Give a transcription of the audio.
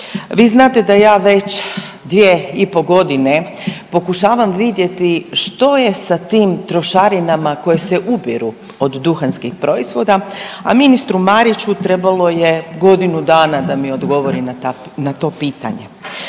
Vi znate da ja već 2,5 godine pokušavam vidjeti što je sa tim trošarinama koje se ubiru od duhanskih proizvoda, a ministru Mariću trebalo je godinu dana da mi odgovori na to pitanje.